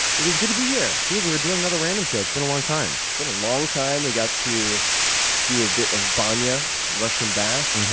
it is good to be here. dude, we're doing another random show. it's been a long time. it's been a long time. we got to do a bit of banya, russian bath,